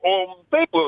o taip